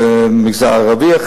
אחד במגזר הערבי,